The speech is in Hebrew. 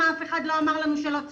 למה אף אחד לא אמר לנו שלא צריך?